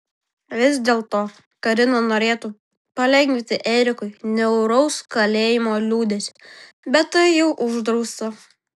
vis dėlto karina norėtų palengvinti erikui niauraus kalėjimo liūdesį bet tai jau uždrausta